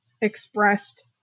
expressed